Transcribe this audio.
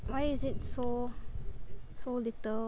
why is it so so little